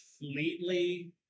completely